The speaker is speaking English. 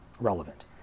relevant